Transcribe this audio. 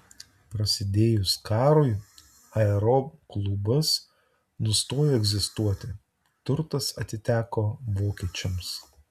prasidėjus karui aeroklubas nustojo egzistuoti turtas atiteko vokiečiams